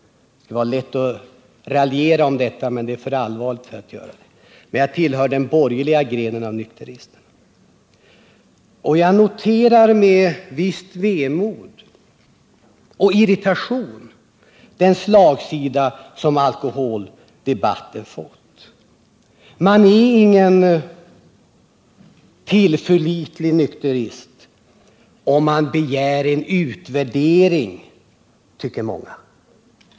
Det kan vara lätt att raljera om detta, men det rör sig om för allvarliga frågor för att göra det. Med visst vemod och viss irritation noterar jag den slagsida som alkoholdebatten har fått. Man är ingen tillförlitlig nykterist om man begär en utvärdering, tycker många.